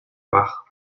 wach